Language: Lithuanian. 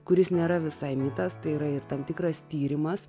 kuris nėra visai mitas tai yra ir tam tikras tyrimas